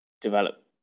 develop